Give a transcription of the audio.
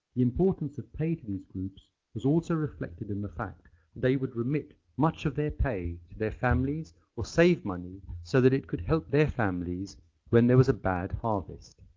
importance of pay to these groups was also reflected in the fact that they would remit much of their pay to their families or save money so that it could help their families when there was a bad harvest.